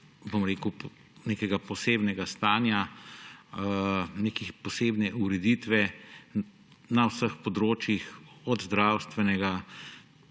eno leto nekega posebnega stanja, neke posebne ureditve na vseh področjih, od zdravstvenega,